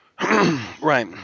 Right